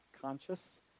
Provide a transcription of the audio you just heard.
conscious